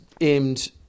aimed